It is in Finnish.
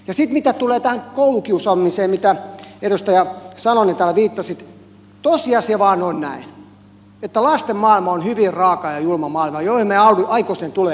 sitten mitä tulee tähän koulukiusaamiseen mihin edustaja salonen täällä viittasit tosiasia vain on näin että lasten maailma on hyvin raaka ja julma maailma johon meidän aikuisten tulee puuttua